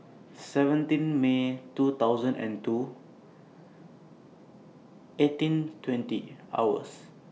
seventeen May two thousand and two eighteen twenty hours